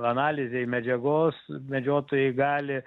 analizei medžiagos medžiotojai gali